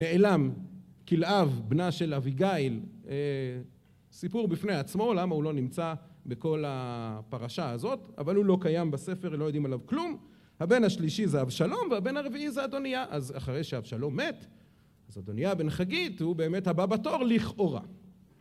העלם, כלאב, בנה של אביגייל סיפור בפני עצמו למה הוא לא נמצא בכל הפרשה הזאת אבל הוא לא קיים בספר, הם לא יודעים עליו כלום הבן השלישי זה אבשלום והבן הרביעי זה אדוניה אז אחרי שאבשלום מת אז אדוניה בן חגית הוא באמת הבא בתור, לכאורה